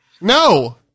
No